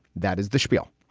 that is the spiel.